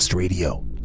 Radio